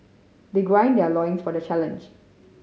they gird their loins for the challenge